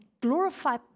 glorify